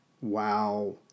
Wow